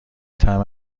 طعم